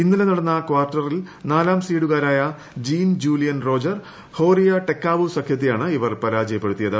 ഇന്നലെ നടന്ന കാർട്ടറിൽ നാലാം സീഡുക്കാർായ Jean Julien Rojer Horia Tecau സഖ്യത്തെയാണ് ഇവർ പരാജയപ്പെടുത്തിയത്